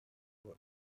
were